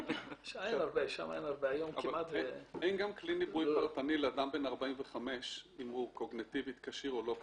אין גם כלי ניבוי פרטני לאדם בן 45 אם הוא קוגניטיבית כשיר או לא כשיר.